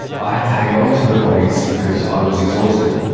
i had to hang on to the bodies, because i was exhausted.